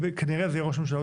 כנראה זה יהיה ראש ממשלה,